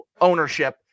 ownership